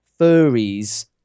furries